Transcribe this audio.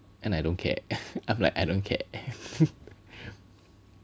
and I don't care I'm like I don't care